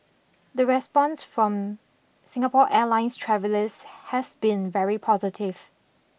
the response from Singapore Airlines travellers has been very positive